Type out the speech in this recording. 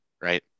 right